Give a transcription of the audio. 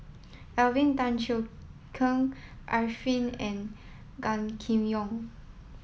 Alvin Tan Cheong Kheng Arifin and Gan Kim Yong